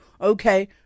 Okay